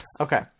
Okay